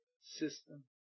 system